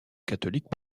catholiques